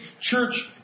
church